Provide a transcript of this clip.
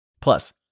Plus